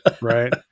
right